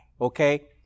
Okay